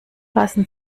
lassen